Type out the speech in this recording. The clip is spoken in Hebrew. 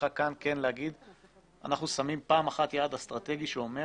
צריכה כאן לומר שאנחנו שמים יעד אסטרטגי שאומר